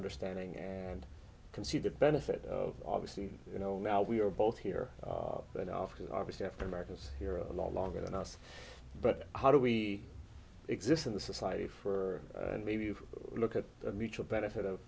understanding and can see the benefit of obviously you know now we are both here then after obviously after americans here a lot longer than us but how do we exist in the society for and maybe if we look at the mutual benefit